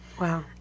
Wow